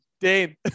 Dane